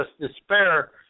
despair